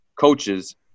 coaches